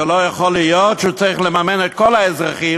זה לא יכול להיות שהוא צריך לממן את כל האזרחים,